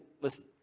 Listen